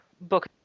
book